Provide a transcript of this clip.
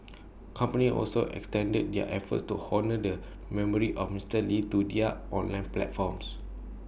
companies also extended their efforts to honour the memory of Mister lee to their online platforms